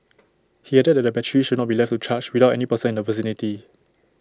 he added that the batteries should not be left to charge without any person in the vicinity